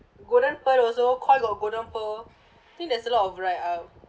golden pearl also Koi got golden pearl think there's a lot of right uh